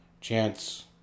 chance